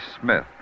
Smith